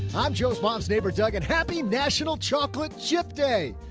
i'm joe's mom's neighbor, doug and happy national chocolate chip day.